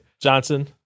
Johnson